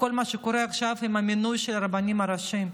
בכל מה שקורה עכשיו עם המינוי של הרבנים הראשיים.